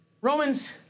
Romans